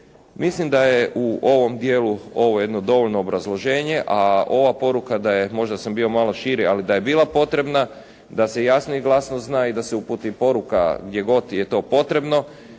Mislim da je u ovom dijelu ovo jedno dovoljno obrazloženje, a ova poruka da je, možda sam bio malo širi, ali da je bila potrebna da se jasno i glasno zna i da se uputi poruka gdje god je to potrebno,